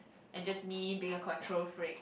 and just me being a control freak